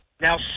now